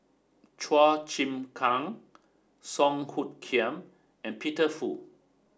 Chua Chim Kang Song Hoot Kiam and Peter Fu